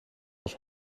als